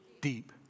deep